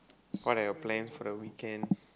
what are your plans for the weekends